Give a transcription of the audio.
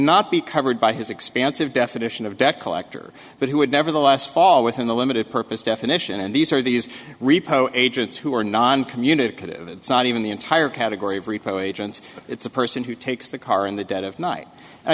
not be covered by his expansive definition of debt collector but he would never the last fall within the limited purpose definition and these are these repo agents who are non communicative it's not even the entire category of repro agents it's a person who takes the car in the dead of night i